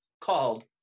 called